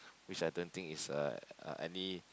which I don't think is uh any